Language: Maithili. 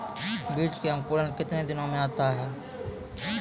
बीज मे अंकुरण कितने दिनों मे आता हैं?